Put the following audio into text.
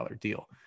deal